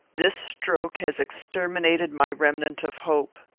this stroke has exterminated my remnant of hope.